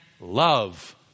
love